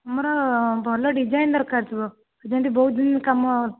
ଆମର ଭଲ ଡିଜାଇନ୍ ଦରକାର ଥିବ ଯେମିତି ବହୁତ ଦିନ କାମ